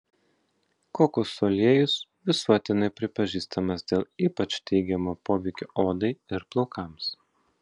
kokosų aliejus visuotinai pripažįstamas dėl ypač teigiamo poveikio odai ir plaukams